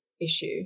issue